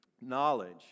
knowledge